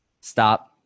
stop